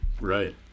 Right